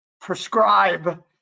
prescribe